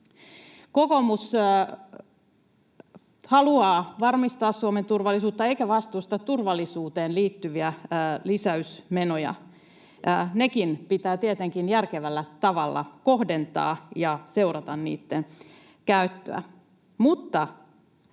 Kokoomus haluaa varmistaa Suomen turvallisuutta eikä vastusta turvallisuuteen liittyviä lisäysmenoja. Nekin pitää tietenkin järkevällä tavalla kohdentaa ja seurata niitten käyttöä.